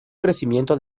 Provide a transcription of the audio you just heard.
crecimiento